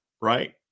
right